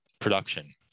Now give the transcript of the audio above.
production